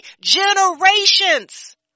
generations